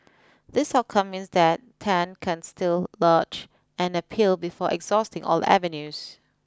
this outcome means that Tan can still lodge an appeal before exhausting all avenues